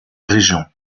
région